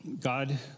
god